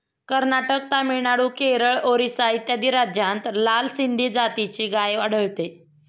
कर्नाटक, तामिळनाडू, केरळ, ओरिसा इत्यादी राज्यांत लाल सिंधी जातीची गाय आढळते